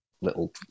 little